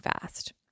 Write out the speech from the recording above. fast